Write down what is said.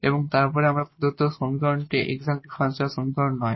এবং তারপরে প্রদত্ত সমীকরণটি এক্সাট ডিফারেনশিয়াল সমীকরণ নয়